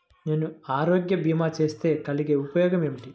నేను ఆరోగ్య భీమా చేస్తే కలిగే ఉపయోగమేమిటీ?